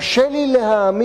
קשה לי להאמין,